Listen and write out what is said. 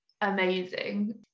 amazing